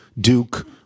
Duke